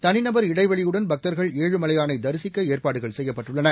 தனிநபர் இடைவெளியுடன் பக்தர்கள் ஏழுமலையான தரிசிக்க ஏற்பாடுகள் செய்யப்பட்டுள்ளன